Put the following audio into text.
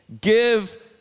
give